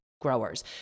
growers